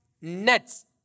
nets